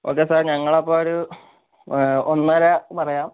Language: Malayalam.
ഓക്കെ സർ ഞാങ്ങളപ്പമൊരു ഒന്നര പറയാം